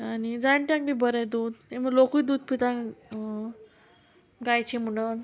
आनी जाणट्यांक बी बरें दूद लोकूय दूद पिता गायचें म्हणोन